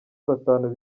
batanu